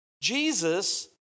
Jesus